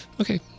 Okay